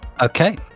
Okay